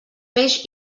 peix